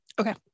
Okay